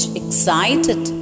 excited